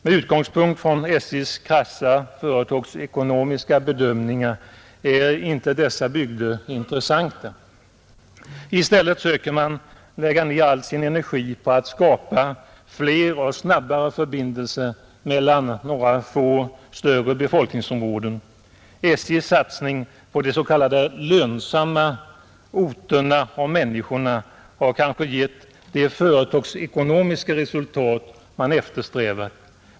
Med utgångspunkt i SJ:s krassa företagsekonomiska bedömningar är inte dessa bygder intressanta, I stället söker man lägga ned all sin energi på att skapa fler och snabbare förbindelser mellan några få större befolkningsområden. SJ:s satsning på de s.k. lönsamma orterna och människorna har kanske gett det företagsekonomiska resultat man har eftersträvat.